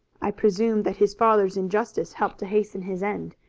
i presume that his father's injustice helped to hasten his end.